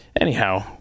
anyhow